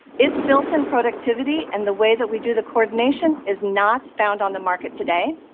it's built-in productivity and the way that we do the coordination is not found on the market today,